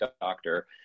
doctor